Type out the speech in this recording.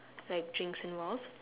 like drinks involved